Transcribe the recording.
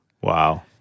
Wow